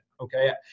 okay